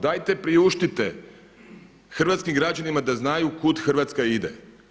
Dajte priuštite hrvatskim građanima da znaju kud Hrvatska ide.